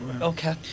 Okay